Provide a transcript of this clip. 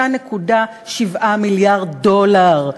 5.7 מיליארד דולר,